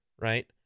right